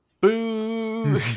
Boo